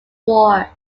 war